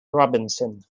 robinson